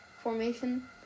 formation